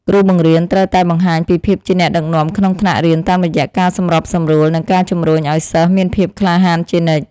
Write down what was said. គ្រូបង្រៀនត្រូវតែបង្ហាញពីភាពជាអ្នកដឹកនាំក្នុងថ្នាក់រៀនតាមរយៈការសម្របសម្រួលនិងការជំរុញឱ្យសិស្សមានភាពក្លាហានជានិច្ច។